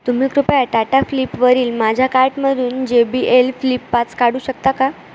तुम्ही कृपया टाटा क्लिपवरील माझ्या कार्टमधून जे बी एल फ्लिप पाच काढू शकता का